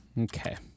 Okay